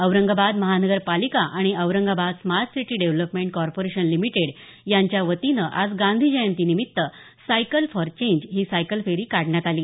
औरंगाबाद महानगरपालिका आणि Aurangabad smart city development corporation limited यांच्या वतीनं आज गांधीजयंती निमित्त cycle for change he cycle फेरी काढण्यात आली